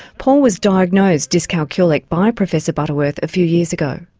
paul was diagnosed dyscalculic by professor butterworth a few years ago.